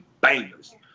bangers